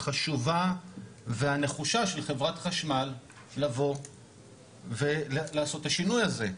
החשובה והנחושה של חברת חשמל לבוא ולעשות את השינוי הזה.